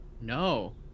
no